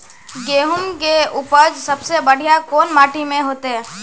गेहूम के उपज सबसे बढ़िया कौन माटी में होते?